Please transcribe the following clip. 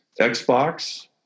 Xbox